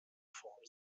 form